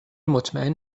مطمئن